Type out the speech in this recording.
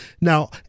Now-